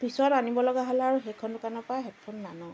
পিছত আনিব লগা হ'লে আৰু সেইখন দোকানৰ পৰা হেডফোন নানোঁ